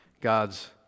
God's